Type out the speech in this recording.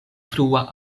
frua